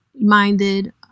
minded